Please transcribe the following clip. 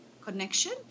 connection